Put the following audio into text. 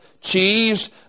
cheese